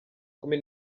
kumi